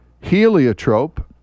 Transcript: Heliotrope